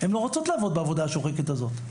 הן לא רוצות לעבוד בעבודה השוחקת הזאת.